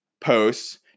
posts